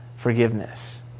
forgiveness